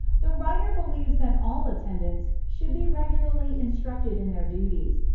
the writer believes that all attendants should be regularly instructed in their duties,